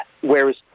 whereas